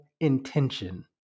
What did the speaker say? intention